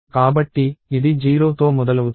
కాబట్టి ఇది 0తో మొదలవుతుంది